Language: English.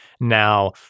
now